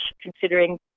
considering